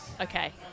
Okay